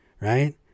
right